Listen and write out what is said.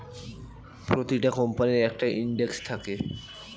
প্রতিটা কোম্পানির একটা ইন্ডেক্স থাকে